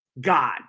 God